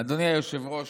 אדוני היושב-ראש,